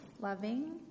loving